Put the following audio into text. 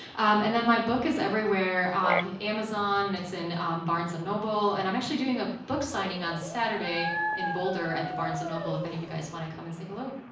um then my book is everywhere, on amazon, it's in um barnes and noble, and i'm actually doing a book signing on saturday in boulder at the barnes and noble if any of you guys want to come and say hello